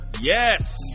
Yes